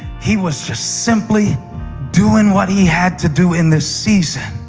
he was just simply doing what he had to do in this season.